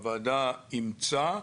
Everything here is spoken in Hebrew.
הוועדה אימצה,